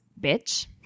bitch